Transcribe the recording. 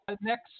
next